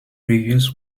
reviews